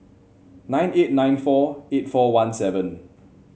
nine eight nine four eight four one seven